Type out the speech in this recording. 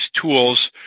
tools